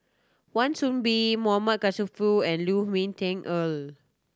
Wan Soon Bee M Karthigesu and Lu Ming Teh Earl